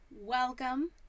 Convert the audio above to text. welcome